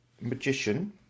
magician